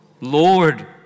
Lord